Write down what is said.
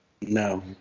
No